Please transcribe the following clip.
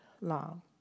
long